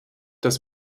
dass